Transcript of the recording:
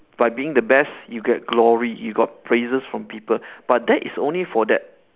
by being the best you get glory you get praises from people but that is only for that